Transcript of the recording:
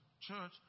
church